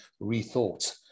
rethought